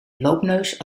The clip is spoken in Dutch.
loopneus